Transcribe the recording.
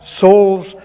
souls